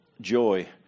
joy